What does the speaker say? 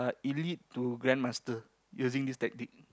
elite to grandmaster using this tactic